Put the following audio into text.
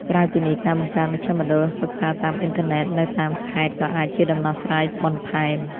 ក្រៅពីនេះ ការបង្កើតមជ្ឈមណ្ឌលសិក្សាតាមអ៊ីនធឺណិត នៅតាមខេត្តក៏អាចជាដំណោះស្រាយបន្ថែម។